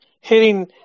hitting